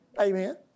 Amen